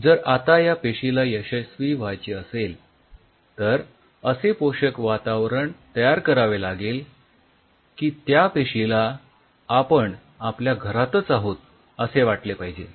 जर आता या पेशीला यशस्वी व्हायचे असेल तर असे पोषक वातावरण तयार करावे लागेल की त्या पेशीला आपण आपल्या घरातच आहोत असे वाटले पाहिजे